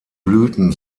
blüten